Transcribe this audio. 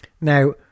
Now